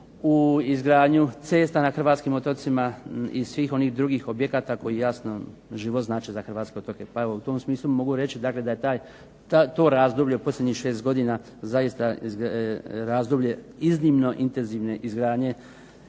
u izgradnju cesta na hrvatskim otocima i svih onih drugih objekata koji jasno život znače za hrvatske otoke. Pa evo u tom smislu mogu reći dakle da je to razdoblje posljednjih 6 godina zaista razdoblje iznimno intenzivne izgradnje